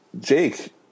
Jake